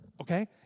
Okay